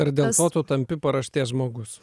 ar dėl to tu tampi paraštės žmogus